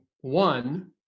one